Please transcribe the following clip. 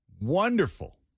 wonderful